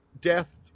death